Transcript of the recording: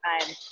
time